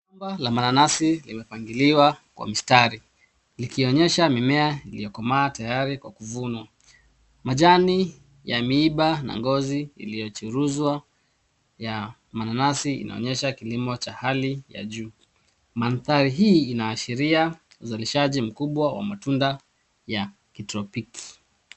Shamba kubwa la mananasi limepangiliwa kwa mistari likionyesha mimea iliyokomaa tayari kwa kuvunwa. Majani ya miiba na ngozi iliyochuruzwa ya mananasi inaonyesha kilimo cha hali ya juu. Mandhari hii inaashiria uzalishaji mkubwa wa matunda ya kitropiki.